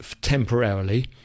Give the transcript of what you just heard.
temporarily